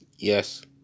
Yes